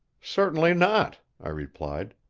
certainly not, i replied.